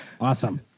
Awesome